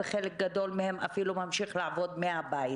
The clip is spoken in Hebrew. וחלק גדול מהם אפילו ממשיך לעבוד מהבית